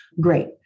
Great